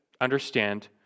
understand